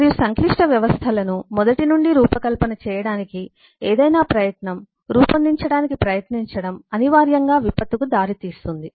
మరియు సంక్లిష్ట వ్యవస్థలను మొదటి నుండి రూపకల్పన చేయడానికి ఏదైనా ప్రయత్నం రూపొందించడానికి ప్రయత్నించడం అనివార్యంగా విపత్తుకు దారి తీస్తుంది